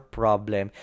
problem